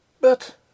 But